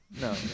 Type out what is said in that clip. no